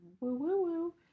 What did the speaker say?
Woo-woo-woo